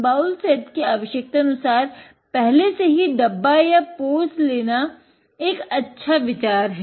bowl set की आवशयकतानुसार पहले से ही डब्बा या पोल्स लेना एक अच्छा विचार है